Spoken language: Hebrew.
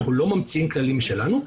אנחנו לא ממציאים כללים משלנו.